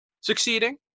succeeding